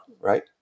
right